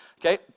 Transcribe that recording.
okay